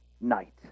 night